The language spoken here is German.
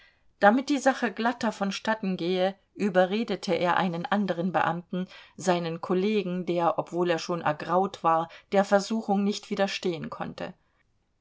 damit die sache glatter vonstatten gehe überredete er einen anderen beamten seinen kollegen der obwohl er schon ergraut war der versuchung nicht widerstehen konnte